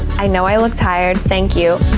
i know i look tired. thank you.